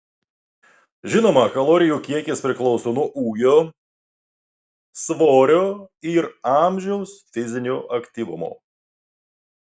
žinoma kalorijų kiekis priklauso nuo ūgio svorio ir amžiaus fizinio aktyvumo